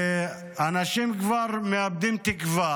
ואנשים כבר מאבדים תקווה